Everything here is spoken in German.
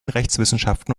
rechtswissenschaften